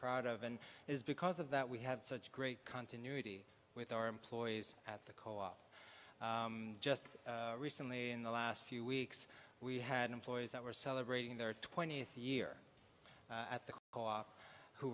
proud of and is because of that we have such great continuity with our employees at the co op just recently in the last few weeks we had employees that were celebrating their twentieth year at the cough who